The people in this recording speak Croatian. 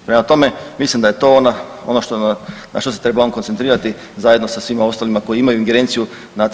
Prema tome, mislim da je to ono na što se trebamo koncentrirati zajedno sa svima ostalima koji imaju ingerenciju nad